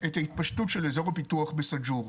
את ההתפשטות של אזור הפיתוח בסאג'ור.